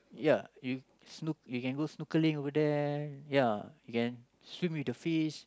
ya you snork~ you can go snorkeling over there ya you can swim with the fish